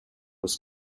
was